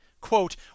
Quote